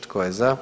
Tko je za?